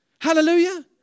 Hallelujah